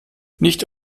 nicht